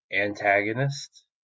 antagonist